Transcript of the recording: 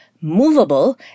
movable